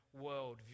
worldview